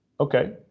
Okay